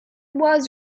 was